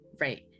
Right